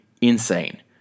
insane